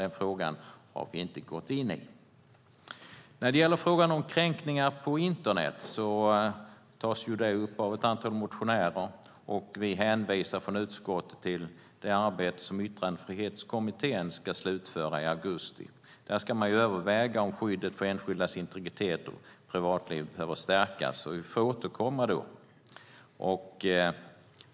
Den frågan har vi inte gått in på. Frågan om kränkningar på internet tas upp av ett antal motionärer. Vi hänvisar från utskottet till det arbete som Yttrandefrihetskommittén ska slutföra i augusti. Där ska man överväga om skyddet för enskildas integritet och privatliv behöver stärkas. Vi får återkomma då.